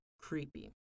creepy